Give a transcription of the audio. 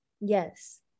yes